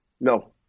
No